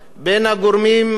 בין הגורמים החוקתיים,